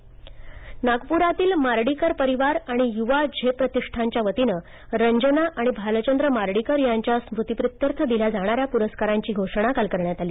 मार्डीकर परस्कार नागपुरातील मार्डीकर परिवार आणि युवा झेप प्रतिष्ठानच्या वतीनं रंजना आणि भालचंद्र मार्डीकर यांच्या स्मृती प्रित्यर्थ दिल्या जाणाऱ्या पूरस्कारांची घोषणा काल करण्यात आली